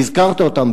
והזכרת אותם,